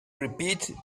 repeated